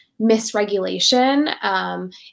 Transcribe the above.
misregulation